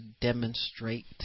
demonstrate